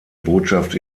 botschaft